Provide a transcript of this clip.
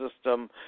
system